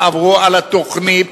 עברו על התוכנית